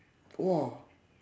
!whoa!